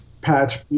patch